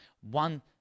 one